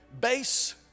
base